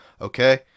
Okay